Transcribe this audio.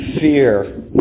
fear